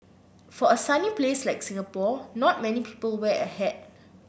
for a sunny place like Singapore not many people wear a hat